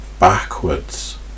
backwards